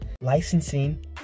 licensing